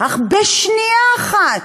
אך בשנייה אחת,